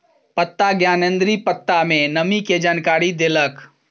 पत्ता ज्ञानेंद्री पत्ता में नमी के जानकारी देलक